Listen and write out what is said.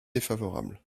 défavorable